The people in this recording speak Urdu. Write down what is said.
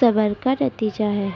صبر کا نتیجہ ہے